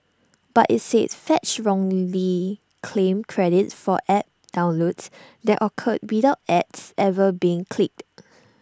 but IT said fetch wrongly claimed credit for app downloads that occurred without ads ever being clicked